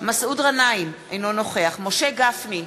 מסעוד גנאים, אינו נוכח משה גפני,